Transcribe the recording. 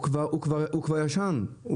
הוא כבר ישן,